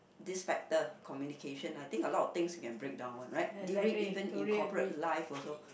this factor communications I think a lot of things can breakdown one right even during in corporate life also